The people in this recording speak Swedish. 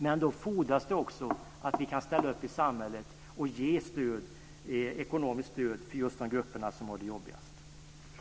Men då fordras det också att vi kan ställa upp i samhället och ge ekonomiskt stöd till just de grupper som har det jobbigast.